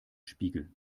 spiegel